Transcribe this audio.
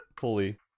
fully